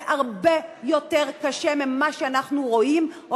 זה הרבה יותר קשה ממה שאנחנו רואים או